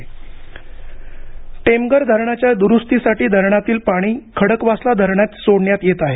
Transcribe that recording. टेमघर टेमघर धरणाच्या द्रुस्तीसाठी धरणातील पाणी खडकवासला धरणात सोडण्यात येत आहे